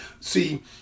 See